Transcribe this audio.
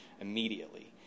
immediately